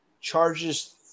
charges